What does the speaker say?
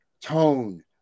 tone